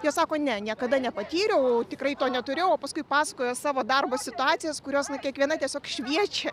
jie sako ne niekada nepatyriau tikrai to neturėjau o paskui pasakojo savo darbo situacijas kurios kiekviena tiesiog šviečia